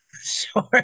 Sure